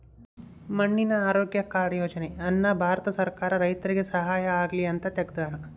ಮಣ್ಣಿನ ಆರೋಗ್ಯ ಕಾರ್ಡ್ ಯೋಜನೆ ಅನ್ನ ಭಾರತ ಸರ್ಕಾರ ರೈತರಿಗೆ ಸಹಾಯ ಆಗ್ಲಿ ಅಂತ ತೆಗ್ದಾರ